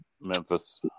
Memphis